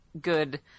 good